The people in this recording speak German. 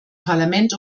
parlament